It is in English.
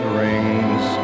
rings